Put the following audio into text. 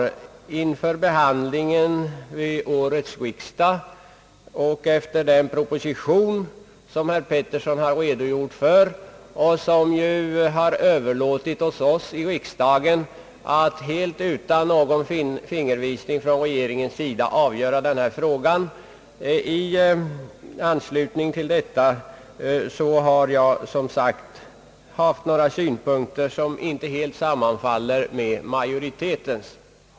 Vid behandlingen av den proposition, som herr Georg Pettersson redogjort för och som har överlåtit åt riksdagen att utan regeringens fingervisning avgöra denna fråga, har jag framfört några synpunkter som inte helt sammanfaller med utskottsmajoritetens.